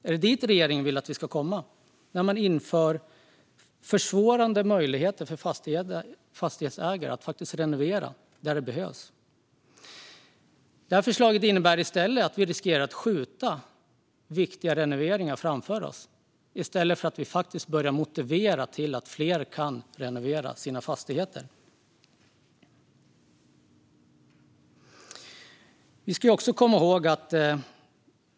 Är det dit regeringen vill att vi ska komma, när man försvårar för fastighetsägare att renovera där det behövs? Förslaget innebär att vi riskerar att skjuta viktiga renoveringar framför oss i stället för att vi faktiskt börjar motivera fler till att renovera sina fastigheter.